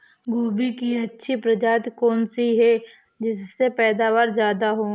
गोभी की अच्छी प्रजाति कौन सी है जिससे पैदावार ज्यादा हो?